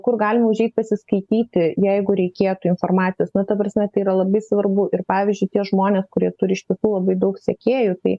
kur galima užeit pasiskaityti jeigu reikėtų informacijos na ta prasme tai yra labai svarbu ir pavyzdžiui tie žmonės kurie turi iš tikrųjų labai daug sekėjų tai